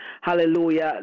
hallelujah